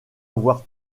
avoir